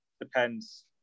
depends